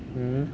mm